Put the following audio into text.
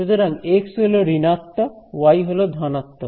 সুতরাং এক্স হল ঋণাত্মক ওয়াই হল ধনাত্মক